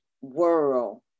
world